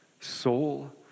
soul